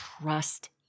trust